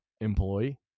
employee